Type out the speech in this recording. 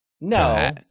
No